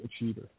achiever